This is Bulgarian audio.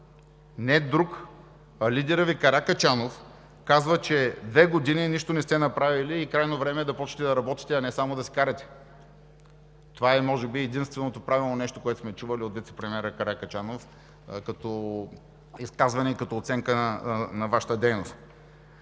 Не друг, а лидерът Ви Каракачанов казва, че две години нищо не сте направили и крайно време е да започнете да работите, а не само да се карате. Това е може би единственото правилно нещо, което сме чували от вицепремиера Каракачанов като изказване и като оценка на Вашата дейност.